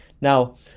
now